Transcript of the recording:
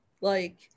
like-